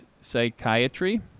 psychiatry